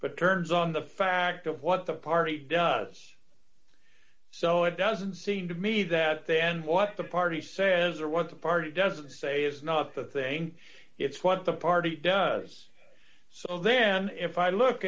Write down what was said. but turns on the fact of what the party does so it doesn't seem to me that then what the party says or what the party doesn't say is not the thing it's what the party does so then if i look